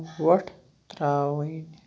وۄٹھ ترٛاوٕنۍ